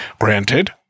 Granted